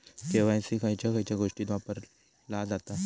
KYC खयच्या खयच्या गोष्टीत वापरला जाता?